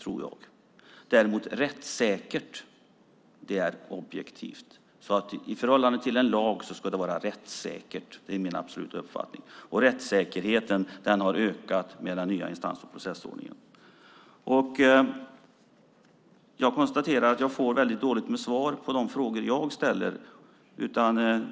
Däremot är rättssäkerhet objektivt. I förhållande till en lag ska det vara rättssäkert, det är min absoluta uppfattning, och rättssäkerheten har ökat med den nya instans och processordningen. Jag konstaterar att jag får dåligt med svar på de frågor jag ställer.